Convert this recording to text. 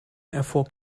erfuhr